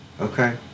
okay